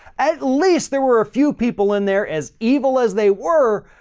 at least there were a few people in there, as evil as they were,